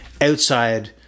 outside